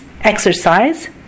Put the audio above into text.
exercise